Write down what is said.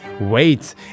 Wait